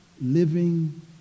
living